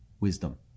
wisdom